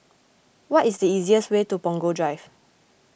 what is the easiest way to Punggol Drive